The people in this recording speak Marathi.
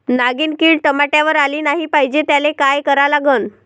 नागिन किड टमाट्यावर आली नाही पाहिजे त्याले काय करा लागन?